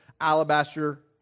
alabaster